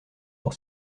pour